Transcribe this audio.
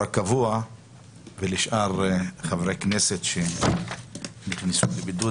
הקבוע ולשאר חברי הכנסת שנכנסו לבידוד.